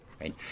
right